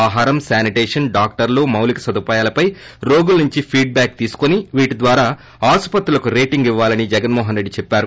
ఆహారం శానిటేషన్ డాక్టర్లు మౌలిక సదుపాయాలపై రోగుల నుంచి ఫీడ్ బ్యాక్ తీసుకుని వీటి ద్వారా ఆస్సత్రులకు రేటింగ్ ఇవ్వాలని జగన్మోహన్ రెడ్డి చెప్పారు